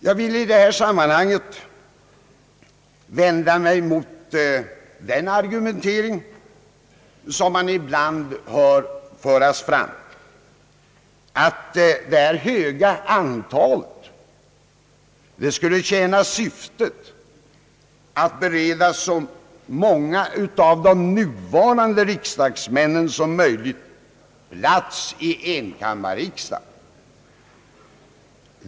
Jag vill i det sammanhanget vända mig mot den argumentering som man ibland får höra, att det höga antalet ledamöter skulle tjäna syftet att bereda så många som möjligt av de nuvarande riksdagsmännen plats i enkammarriksdagen.